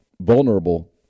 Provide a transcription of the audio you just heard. vulnerable